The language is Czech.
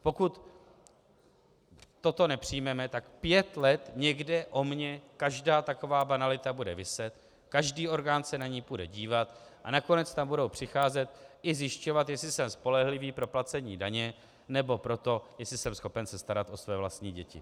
Pokud toto nepřijmeme, tak pět let někde o mně každá taková banalita bude viset, každý orgán se na ni bude dívat a nakonec tam budou přicházet i zjišťovat, jestli jsem spolehlivý pro placení daně nebo pro to, jestli jsem schopen se starat o svoje vlastní děti.